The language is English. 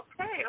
okay